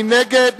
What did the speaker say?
מי נגד?